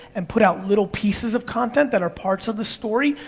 and put out little pieces of content that are parts of the story,